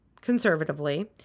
conservatively